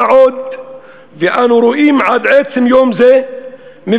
מה עוד שאנו רואים עד עצם היום הזה מבנים